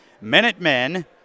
Minutemen